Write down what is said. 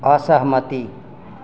असहमति